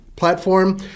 platform